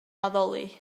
addoli